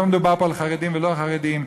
לא מדובר פה על חרדים ולא-חרדים,